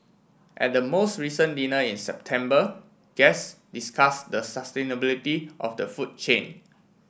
at the most recent dinner in September guest discussed the sustainability of the food chain